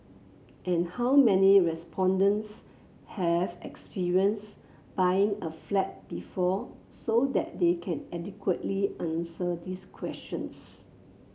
and how many respondents have experience buying a flat before so that they can adequately answer this questions